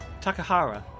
takahara